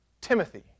Timothy